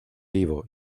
vivo